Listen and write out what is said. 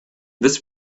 this